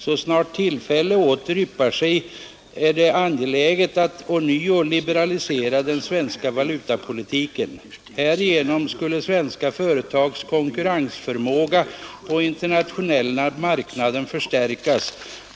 Så snart tillfälle åter yppar sig är det angeläget att ånyo liberalisera den svenska valutapolitiken. Härigenom skulle svenska företags konkurrensförmåga på internationella marknader förstärkas.